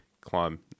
climb